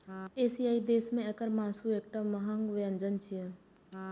एशियाई देश मे एकर मासु एकटा महग व्यंजन छियै